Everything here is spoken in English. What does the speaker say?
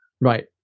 Right